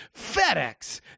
FedEx